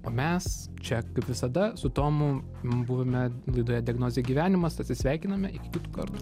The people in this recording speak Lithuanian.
o mes čia kaip visada su tomu buvome laidoje diagnozė gyvenimas atsisveikiname iki kitų kartų